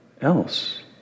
else